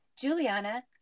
Juliana